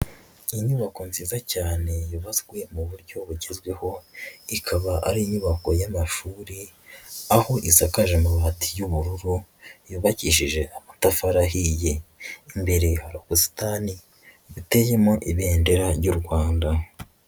Inyubako nziza cyane yubatswe mu buryo bugezweho, ikaba ari inyubako y'amashuri aho isakajwe amabati y'ubururu, yubakishije amatafari ahiye, imbere hari ubusitani buteyemo ibendera ry'u Rwanda.